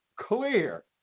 clear